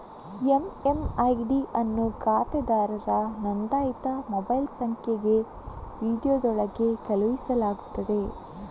MMID ಅನ್ನು ಖಾತೆದಾರರ ನೋಂದಾಯಿತ ಮೊಬೈಲ್ ಸಂಖ್ಯೆಗೆ ವಿಂಡೋದೊಳಗೆ ಕಳುಹಿಸಲಾಗುತ್ತದೆ